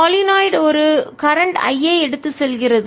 solenoid ஒரு current மின்னோட்ட I ஐ எடுத்து செல்கிறது